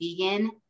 vegan